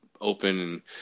open